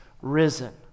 risen